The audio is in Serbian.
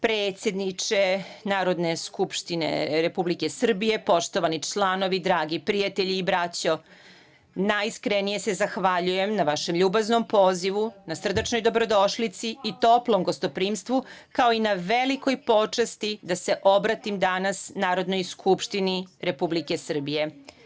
Predsedniče Narodne skupštine Republike Srbije, poštovani članovi, dragi prijatelji i braćo, najiskrenije se zahvaljujem na vašem ljubaznom pozivu, na srdačnoj dobrodošlici i toplom gostoprimstvu, kao i na velikoj počasti da se obratim danas Narodnoj skupštini Republike Srbije.